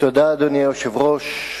אדוני היושב-ראש,